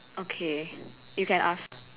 okay you can ask